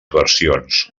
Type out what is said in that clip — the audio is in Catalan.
versions